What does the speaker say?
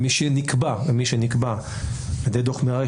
משנקבע בדוח מררי,